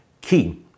key